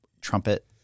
trumpet